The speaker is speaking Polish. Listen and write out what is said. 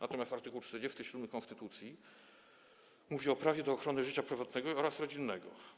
Natomiast art. 47 konstytucji mówi o prawie do ochrony życia prywatnego oraz rodzinnego.